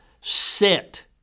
Sit